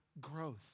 growth